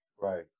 Right